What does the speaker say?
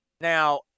Now